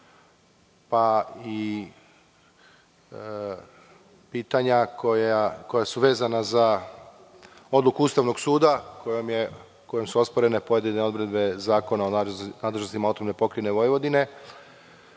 pa i pitanja koja su vezana za odluku Ustavnog suda kojom su osporena pojedine odredbe Zakona o nadležnostima AP Vojvodine.